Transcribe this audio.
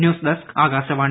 news desk Akashvani